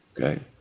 Okay